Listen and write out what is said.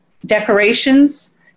decorations